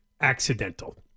accidental